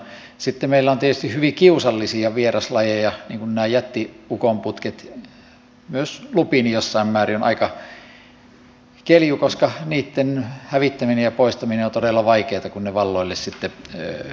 sitten meillä on tietysti hyvin kiusallisia vieraslajeja niin kuin nämä jätti ukonputket myös lupiini jossain määrin on aika kelju koska niitten hävittäminen ja poistaminen on todella vaikeata kun ne valloilleen sitten pääsevät